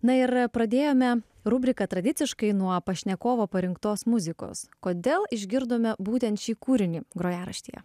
na ir pradėjome rubriką tradiciškai nuo pašnekovo parinktos muzikos kodėl išgirdome būtent šį kūrinį grojaraštyje